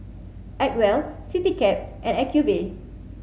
Acwell Citycab and Acuvue